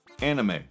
anime